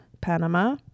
Panama